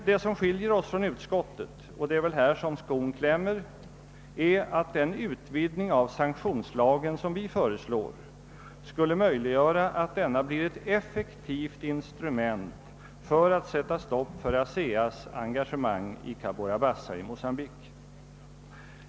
Det som skiljer oss från utskottet — och det är väl här skon klämmer — är att den utvidgning av sanktionslagen som vi föreslår skulle möjliggöra, att denna blir ett effektivt instrument för att sätta stopp för ASEA:s engagemang i Cabora Bassa i Mocambique.